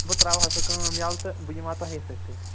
بہٕ ترٛاوہا سُہ کٲم ییٚلہٕ تہٕ بہٕ یِم ہا تۄہے سۭتۍ تیٚلہِ